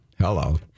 hello